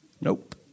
Nope